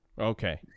Okay